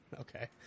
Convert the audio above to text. Okay